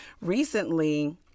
recently